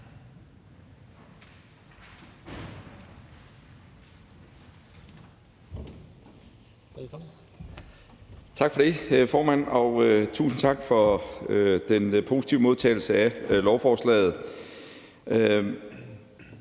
Tak for det, formand, og tusind tak for den positive modtagelse af lovforslaget.